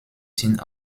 sind